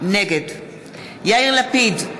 נגד יאיר לפיד,